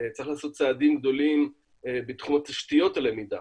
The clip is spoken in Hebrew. צריך לעשות צעדים גדולים בתחום תשתיות הלמידה,